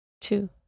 Two